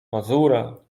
mazura